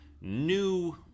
new